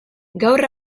gaur